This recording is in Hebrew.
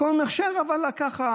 מקום עם הכשר אבל ככה,